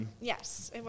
Yes